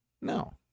No